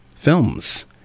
films